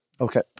Okay